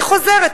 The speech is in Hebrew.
אני חוזרת,